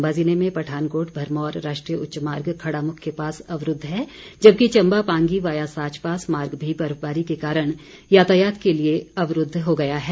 चम्बा जिले में पठानकोट भरमौर राष्ट्रीय उच्च मार्ग खड़ामुख के पास अवरूद्ध है जबकि चम्बा पांगी वाया साच पास मार्ग भी बर्फबारी के कारण यातायात के लिए अवरूद्व हो गया है